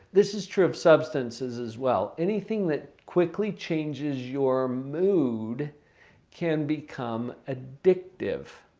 this is true of substances as well. anything that quickly changes your mood can become addictive.